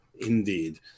Indeed